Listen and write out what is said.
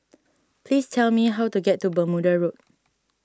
please tell me how to get to Bermuda Road